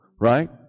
Right